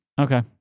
Okay